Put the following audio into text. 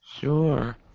Sure